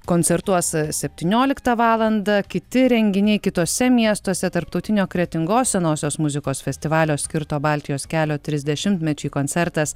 koncertuos septynioliktą valandą kiti renginiai kituose miestuose tarptautinio kretingos senosios muzikos festivalio skirto baltijos kelio trisdešimtmečiui koncertas